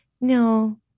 no